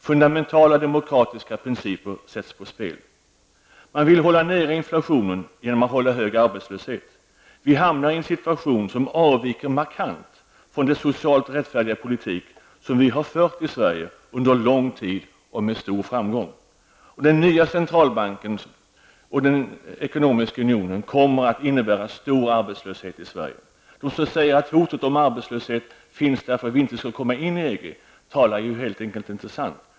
Fundamentala demokratiska principer sätts ur spel. Man vill hålla nere inflationen genom att hålla hög arbetslöshet. Vi hamnar i en situation som avviker markant från den socialt rättfärdiga politik som vi har fört i Sverige under lång tid och med stor framgång. Den nya centralbanken och den ekonomiska unionen kommer att innebära stor arbetslöshet i Sverige. De som säger att hotet om arbetslöshet finns på grund av att vi riskerar att inte komma in i EG, talar helt enkelt inte sant.